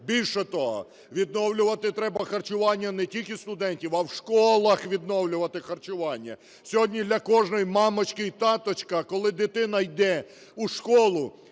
Більше того, відновлювати треба харчування не тільки студентів, а в школах відновлювати харчування. Сьогодні для кожної мамочки і таточка, коли дитина йде у школу,